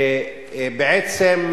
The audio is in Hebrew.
ובעצם,